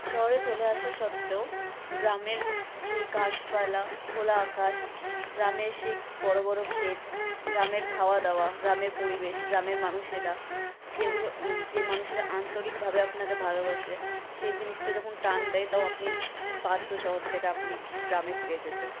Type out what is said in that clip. শহরে চলে আসা সত্ত্বেও গ্রামের সেই গাছপালা খোলা আকাশ গ্রামের সেই বড়ো বড়ো খেত গ্রামের খাওয়া দাওয়া গ্রামের পরিবেশ গ্রামের মানুষেরা যেগুলো যে মানুষেরা আন্তরিকভাবে আপনাকে ভালোবাসে সেই জিনিসটা যখন টান দেয় তো আপনি বাধ্য শহর থেকে আপনি গ্রামে ফিরে যেতে